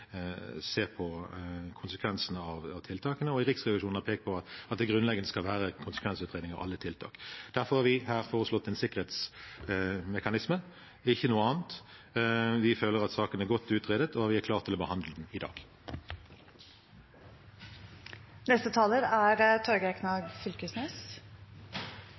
konsekvensene av tiltakene, og Riksrevisjonen har pekt på at det grunnleggende skal være konsekvensutredning av alle tiltak. Derfor har vi foreslått en sikkerhetsmekanisme. Det er ikke noe annet. Vi føler at saken er godt utredet, og vi er klar til å behandle den i dag. Neste taler er Torgeir Knag Fylkesnes.